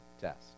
test